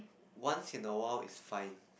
once in a while is fine